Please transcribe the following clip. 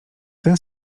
ten